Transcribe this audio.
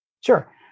Sure